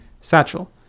Satchel